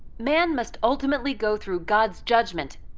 man must ultimately go through god's judgment,